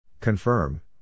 Confirm